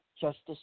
justice